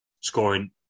scoring